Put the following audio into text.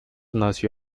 nació